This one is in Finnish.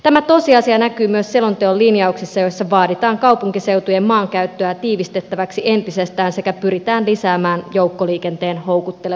tämä tosiasia näkyy myös selonteon linjauksissa joissa vaaditaan kaupunkiseutujen maankäyttöä tiivistettäväksi entisestään sekä pyritään lisäämään joukkoliikenteen houkuttelevuutta